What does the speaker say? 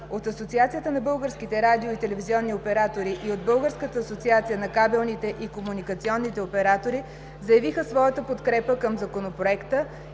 От „Асоциацията на българските радио и телевизионни оператори“ и от „Българската асоциация на кабелните и комуникационните оператори“ заявиха своята подкрепа към Законопроекта